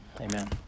Amen